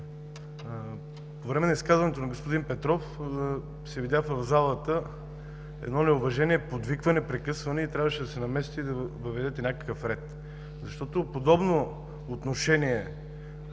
по време на изказването на господин Петров се видя в залата едно неуважение, подвикване, прекъсване и трябваше да се намесите и да въведете някакъв ред, защото подобно отношение